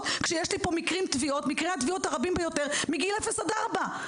כאשר מקרי הטביעות הרבים ביותר הם מגיל אפס עד ארבע.